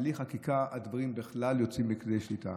בלי חקיקה הדברים בכלל יוצאים מכדי שליטה.